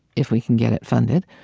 if we can get it funded,